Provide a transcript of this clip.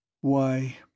Why